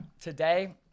Today